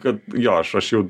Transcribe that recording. kad jo aš aš jau